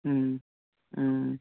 ꯎꯝ ꯎꯝ